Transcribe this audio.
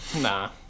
nah